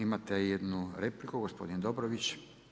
Imate i jednu repliku, gospodin Dobrović.